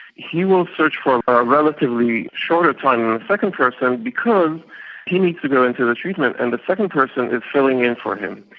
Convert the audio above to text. he will search for a relatively shorter time than the second person because he needs to go into the treatment and the second person is filling in for him.